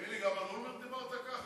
תגיד לי, גם על אולמרט דיברת כך?